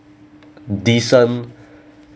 decent